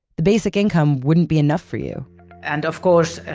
the basic income wouldn't be enough for you and of course,